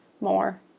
more